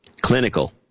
Clinical